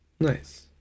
nice